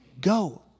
go